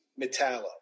Metallo